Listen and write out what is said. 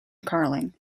carling